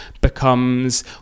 becomes